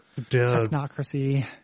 technocracy